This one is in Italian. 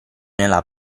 nella